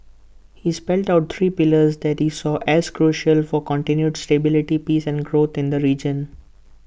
he spelt out three pillars that he saw as crucial for continued stability peace and growth in the region